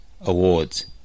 Awards